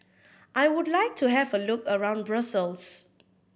I would like to have a look around Brussels